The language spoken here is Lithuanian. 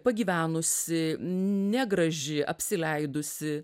pagyvenusi negraži apsileidusi